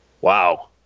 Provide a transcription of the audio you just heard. wow